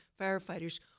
firefighters